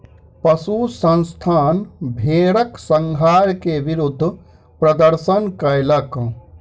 पशु संस्थान भेड़क संहार के विरुद्ध प्रदर्शन कयलक